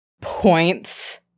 points